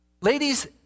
Ladies